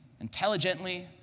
intelligently